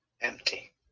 empty